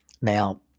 now